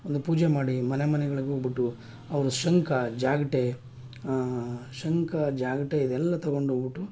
ಒಂದು ಪೂಜೆ ಮಾಡಿ ಮನೆ ಮನೆಗಳಿಗೆ ಹೋಗ್ಬಿಟ್ಟು ಅವರ ಶಂಖ ಜಾಗಟೆ ಶಂಖ ಜಾಗಟೆ ಇದೆಲ್ಲಾ ತಗೊಂಡೋಗ್ಬಿಟ್ಟು